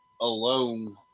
alone